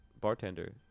Bartender